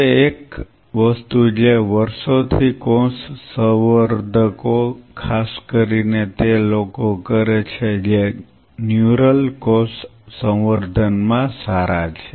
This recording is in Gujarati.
હવે એક વસ્તુ જે વર્ષોથી કોષ સંવર્ધકો ખાસ કરીને તે લોકો કરે છે જે ન્યુરલ કોષ સંવર્ધન માં સારા છે